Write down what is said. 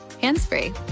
hands-free